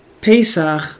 Pesach